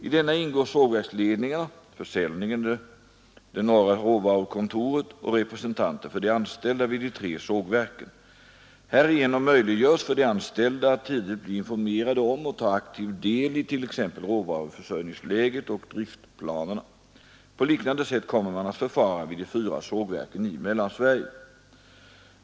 I denna ingår sågverksledningarna, försäljningen, det norra råvarukontoret och representanter för de anställda vid de tre sågverken. Härigenom möjliggörs för de anställda att tidigt bli informerade om och ta aktiv del it.ex. råvaruförsörjningsläget och driftplanerna. På liknande sätt kommer man att förfara vid de fyra sågverken i Mellansverige.